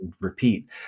repeat